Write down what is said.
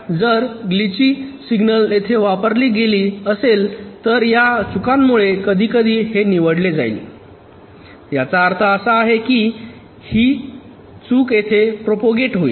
जर glitchy signal येथे वापरली गेली असेल तर या चुकांमुळे कधीकधी हे निवडले जाईल याचा अर्थ असा आहे की ही चूक येथे प्रपोगेट होईल